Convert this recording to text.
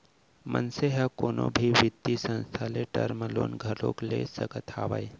मनसे ह कोनो भी बित्तीय संस्था ले टर्म लोन घलोक ले सकत हावय